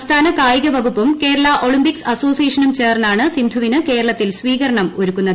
സംസ്ഥാന കായിക വകുപ്പും കേരള ഒളിമ്പിക്സ് അസോസിയേഷനും ചേർന്നാണ് സിന്ധുവിന് കേരളത്തിൽ സ്വീകരണം ഒരുക്കുന്നത്